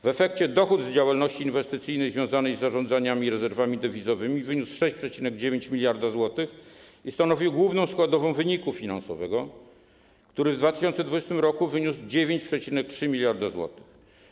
W efekcie tego dochód z działalności inwestycyjnej związanej z zarządzaniem rezerwami dewizowymi wyniósł 6,9 mld zł i stanowił główną składową wyniku finansowego, który w 2020 r. wyniósł 9,3 mld zł.